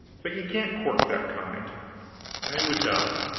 but you can't cork that kind they would die.